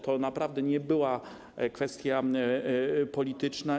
To naprawdę nie była kwestia polityczna.